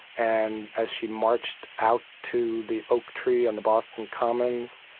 and as she marched out to the oak tree on the boston commons,